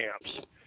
camps